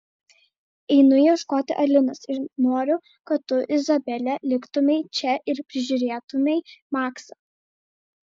einu ieškoti alinos ir noriu kad tu izabele liktumei čia ir prižiūrėtumei maksą